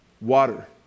water